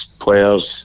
players